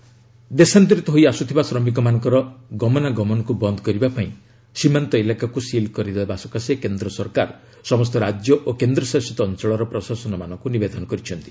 ଗଭ୍ quarantine ଦେଶାନ୍ତରିତ ହୋଇ ଆସୁଥିବା ଶ୍ରମିକମାନଙ୍କର ଗମାନଗମନକୁ ବନ୍ଦ କରିବା ପାଇଁ ସୀମାନ୍ତ ଇଲାକାକୁ ସିଲ୍ କରିବା ସକାଶେ କେନ୍ଦ୍ର ସରକାର ସମସ୍ତ ରାଜ୍ୟ ଓ କେନ୍ଦ୍ରଶାସିତ ଅଞ୍ଚଳର ପ୍ରଶାସନମାନଙ୍କ ନିବେଦନ କରିଛନ୍ତି